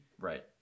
Right